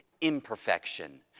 imperfection